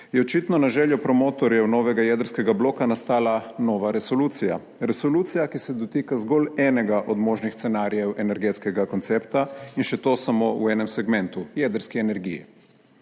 je očitno na željo promotorjev novega jedrskega bloka nastala nova resolucija. Resolucija, ki se dotika zgolj enega od možnih scenarijev energetskega koncepta, in še to samo v enem segmentu, jedrski energiji.